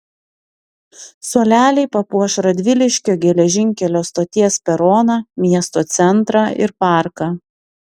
suoleliai papuoš radviliškio geležinkelio stoties peroną miesto centrą ir parką